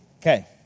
Okay